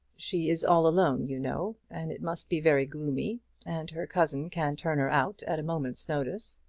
she is all alone, you know and it must be very gloomy and her cousin can turn her out at a moment's notice.